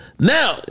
Now